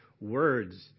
words